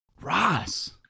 Ross